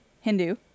Hindu